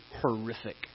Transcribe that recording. horrific